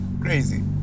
crazy